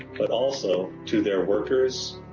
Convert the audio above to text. but also to, their workers,